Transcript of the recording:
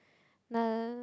nah